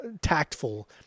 tactful